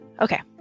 Okay